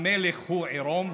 המלך הוא עירום?